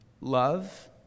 love